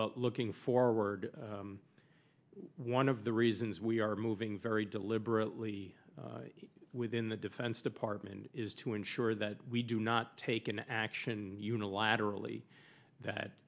but looking forward one of the reasons we are moving very deliberately within the defense department is to ensure that we do not take an action unilaterally that